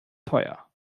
teuer